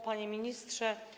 Panie Ministrze!